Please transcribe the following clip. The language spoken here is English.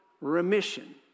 remission